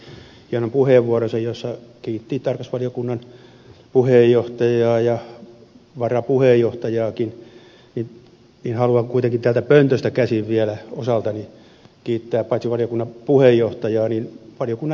pulliainen käytti hienon puheenvuoronsa jossa kiitti tarkastusvaliokunnan puheenjohtajaa ja varapuheenjohtajaakin niin haluan kuitenkin täältä pöntöstä käsin vielä osaltani kiittää paitsi valiokunnan puheenjohtajaa myös valiokunnan jäseniä